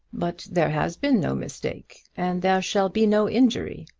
but there has been no mistake and there shall be no injury.